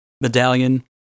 medallion